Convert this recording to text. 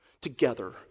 together